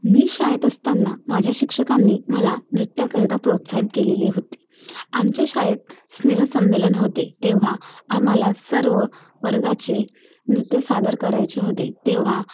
मी शाळेत असताना माझ्या शिक्षकांनी मला नृत्याकरिता प्रोत्साहित केलेली होते आमच्या शाळेत स्नेहसंमेलन होते तेव्हा आम्हाला सर्व वर्गाचे नृत्य सादर करायचे होते तेव्हा